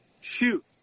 shoot